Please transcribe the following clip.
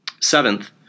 Seventh